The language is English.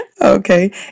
Okay